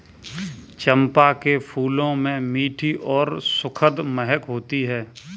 चंपा के फूलों में मीठी और सुखद महक होती है